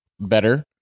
better